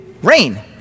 Rain